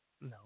No